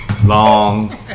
Long